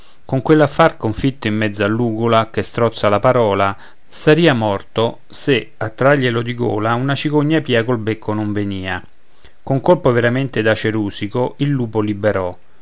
con quell'affar confitto in mezzo all'ugola che strozza la parola sarìa morto se a trarglielo di gola una cicogna pia col becco non venìa con colpo veramente da cerusico il lupo liberò